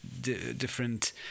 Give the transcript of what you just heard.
different